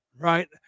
right